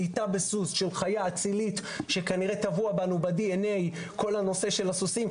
שליטה בסוס של חיה אצילית שכנראה טבוע לנו ב-DNA כל הנושא של הסוסים.